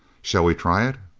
shall we try it?